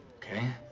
ok.